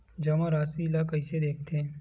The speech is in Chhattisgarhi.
जमा राशि ला कइसे देखथे?